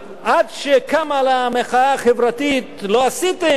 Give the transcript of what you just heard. עד שקמה לה המחאה החברתית לא עשיתם,